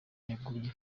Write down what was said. yaguye